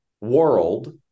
world